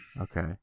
Okay